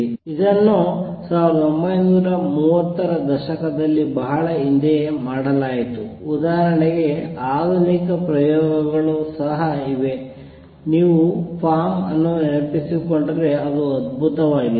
ಇದನ್ನು 1930 ರ ದಶಕದಲ್ಲಿ ಬಹಳ ಹಿಂದೆಯೇ ಮಾಡಲಾಯಿತು ಉದಾಹರಣೆಗೆ ಆಧುನಿಕ ಪ್ರಯೋಗಗಳು ಸಹ ಇವೆ ನೀವು ಫಾರ್ಮ್ ಅನ್ನು ನೆನಪಿಸಿಕೊಂಡರೆ ಅದು ಅದ್ಭುತವಾಗಿದೆ